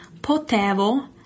potevo